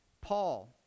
Paul